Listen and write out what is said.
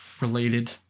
related